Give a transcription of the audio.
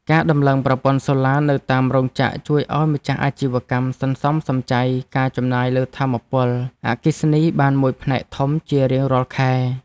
ការដំឡើងប្រព័ន្ធសូឡានៅតាមរោងចក្រជួយឱ្យម្ចាស់អាជីវកម្មសន្សំសំចៃការចំណាយលើថាមពលអគ្គិសនីបានមួយផ្នែកធំជារៀងរាល់ខែ។